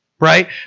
Right